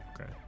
Okay